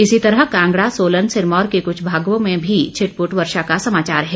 इसी तरह कांगड़ा सोलन सिरमौर के कुछ अन्य भागों में भी छिटपुट वर्षा का समाचार है